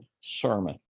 sermon